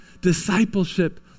discipleship